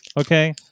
Okay